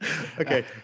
Okay